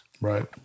Right